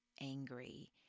angry